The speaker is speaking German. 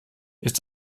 ist